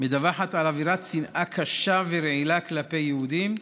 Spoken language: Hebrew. מדווחת על אווירת שנאה קשה ורעילה כלפי יהודים,